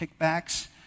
kickbacks